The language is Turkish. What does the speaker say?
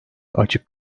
açık